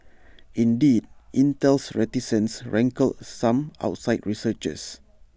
indeed Intel's reticence rankled some outside researchers